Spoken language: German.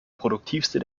produktivste